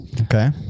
Okay